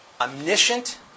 omniscient